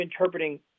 interpreting